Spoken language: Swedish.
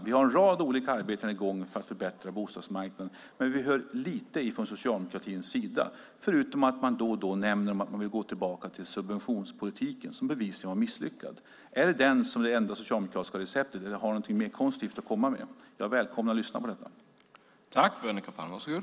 Vi har en rad olika arbeten i gång för att förbättra bostadsmarknaden. Vi hör dock lite från socialdemokratin, förutom att man då och då nämner att man vill gå tillbaka till subventionspolitiken - som bevisligen var misslyckad. Är subventioner det enda socialdemokratiska receptet eller har ni något mer konstruktivt att komma med? Jag lyssnar gärna i så fall.